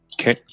Okay